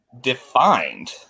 defined